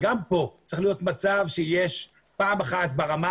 אבל גם כאן צריך להיות מצב שיש פעם אחת ברמה